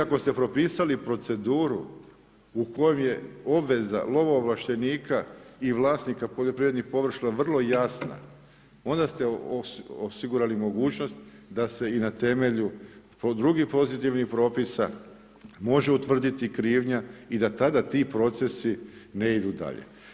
Ako ste propisali proceduru u kojoj je obveza lovoovlaštenika i vlasnika poljoprivrednih površina vrlo jasna onda ste osigurali mogućnost da se i na temelju drugih pozitivnih propisa može utvrditi krivnja i da tada ti procesi ne idu dalje.